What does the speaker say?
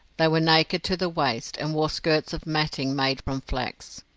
they were naked to the waist, and wore skirts of matting made from flax.